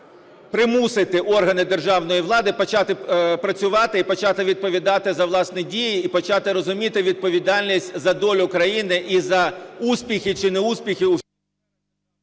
примусити органи державної влади почати працювати і почати відповідати за власні дії, і почати розуміти відповідальність за долю країни і за успіхи чи неуспіхи...